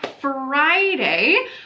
Friday